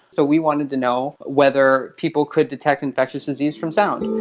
so we wanted to know whether people could detect infectious disease from sound?